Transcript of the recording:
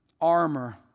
armor